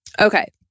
Okay